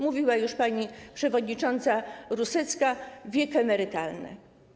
Mówiła już pani przewodnicząca Rusecka o wieku emerytalnym.